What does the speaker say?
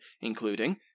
including